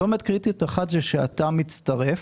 צומת קריטי אחד הוא כשאתה מצטרף,